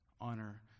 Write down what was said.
honor